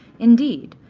indeed,